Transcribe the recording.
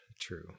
true